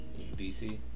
dc